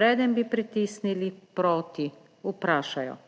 preden bi pritisnili proti, vprašajo,